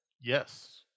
Yes